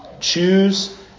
Choose